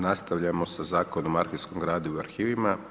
Nastavljamo sa Zakonom o arhivskim gradivu i arhivima.